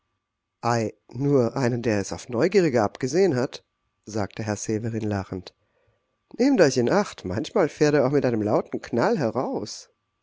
nur einen der es auf neugierige abgesehen hat sagte herr severin lachend nehmt euch in acht manchmal fährt er auch mit einem lauten knall heraus